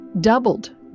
doubled